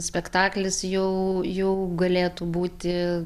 spektaklis jau jau galėtų būti